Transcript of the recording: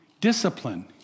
discipline